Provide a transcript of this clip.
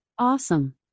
awesome